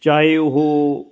ਚਾਹੇ ਉਹ